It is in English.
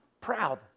proud